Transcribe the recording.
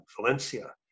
Valencia